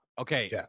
Okay